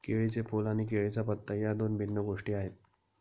केळीचे फूल आणि केळीचा पत्ता या दोन भिन्न गोष्टी आहेत